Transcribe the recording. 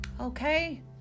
Okay